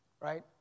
right